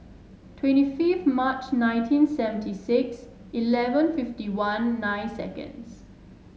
twenty fifth March nineteen seventy six eleven fifty one nine seconds